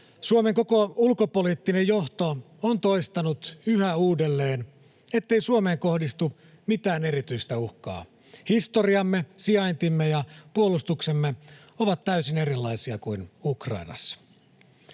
Suomen koko ulkopoliittinen johto on toistanut yhä uudelleen, ettei Suomeen kohdistu mitään erityistä uhkaa: historiamme, sijaintimme ja puolustuksemme ovat täysin erilaisia kuin Ukrainassa.